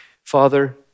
father